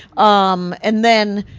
um, and then,